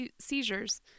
seizures